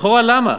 לכאורה, למה?